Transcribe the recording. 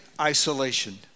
isolation